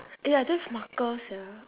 eh I don't have marker sia